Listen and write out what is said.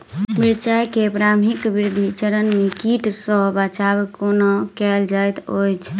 मिर्चाय केँ प्रारंभिक वृद्धि चरण मे कीट सँ बचाब कोना कैल जाइत अछि?